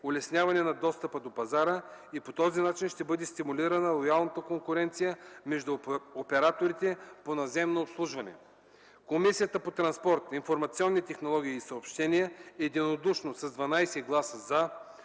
улесняване на достъпа до пазара и по този начин ще бъде стимулирана лоялната конкуренция между операторите по наземно обслужване. Комисията по транспорт, информационни технологии и съобщения единодушно с 12 гласа „за”